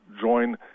join